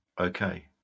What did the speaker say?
Okay